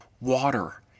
Water